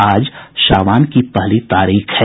आज शाबान की पहली तारीख है